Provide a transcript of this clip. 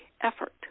effort